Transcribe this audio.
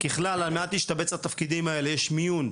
ככלל על מנת להשתבץ לתפקידים הללו יש מיון,